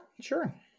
sure